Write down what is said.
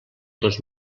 dos